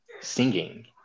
singing